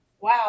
Wow